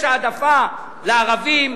יש העדפה לערבים,